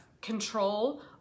control